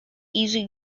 easy